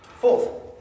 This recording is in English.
Fourth